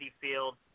Field